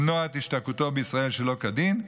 למנוע את השתקעותו בישראל שלא כדין,